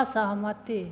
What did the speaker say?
असहमति